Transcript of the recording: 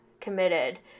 committed